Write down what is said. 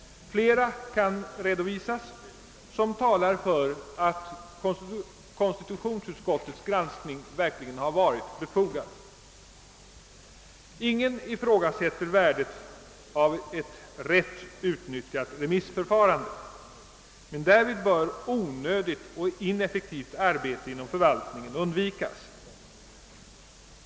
Flera kan redovisas som talar för att konstitutionsutskottets granskning verkligen varit befogad. Ingen ifrågasätter värdet av ett rätt utnyttjat remissförfarande, men därvid bör onödigt och ineffektivt arbete inom förvaltningen undvikas.